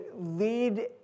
lead